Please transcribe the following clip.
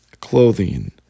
clothing